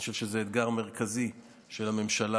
אני חושב שזה אתגר מרכזי של הממשלה.